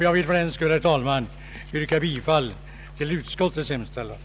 Jag vill fördenskull, herr talman, yrka bifall till utskottets hemställan.